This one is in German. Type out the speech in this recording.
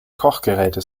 kochgeräte